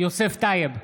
יוסף טייב,